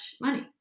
money